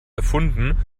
erfunden